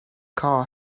car